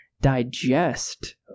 digest